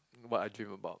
what I dream about